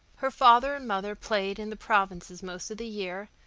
her father and mother played in the provinces most of the year,